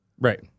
right